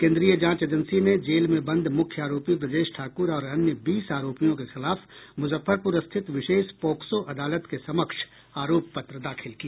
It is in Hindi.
केन्द्रीय जांच एजेंसी ने जेल में बंद मुख्य आरोपी ब्रजेश ठाकुर और अन्य बीस आरोपियों के खिलाफ मुजफ्फरपुर स्थित विशेष पोक्सो अदालत के समक्ष आरोप पत्र दाखिल किया